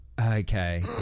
okay